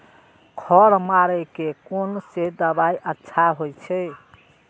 खर मारे के कोन से दवाई अच्छा होय छे?